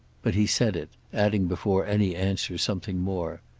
but he said it, adding before any answer something more.